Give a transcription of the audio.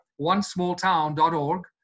OneSmallTown.org